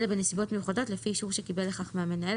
אלא בנסיבות מיוחדות לפי האישור שקיבל לכך מהמנהל